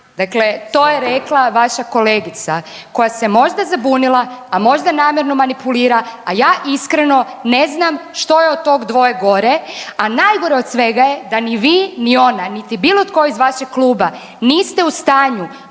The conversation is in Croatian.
Dakle, to je rekla vaša kolegica koja se možda zabunila, a možda namjerno manipulira, a ja iskreno ne znam što je od tog dvoje gore. A najgore od svega je da ni vi, ni ona, niti bilo tko iz vašeg kluba niste u stanju